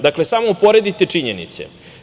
Dakle, samo uporedite činjenice.